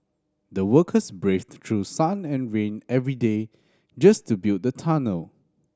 the workers braved through sun and rain every day just to build the tunnel